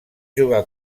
jugar